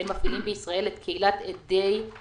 חברי עמותת המצפה לישראל מפעילים בישראל את קהילת עדי יהוה,